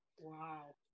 Wow